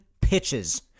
pitches